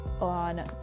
on